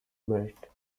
merit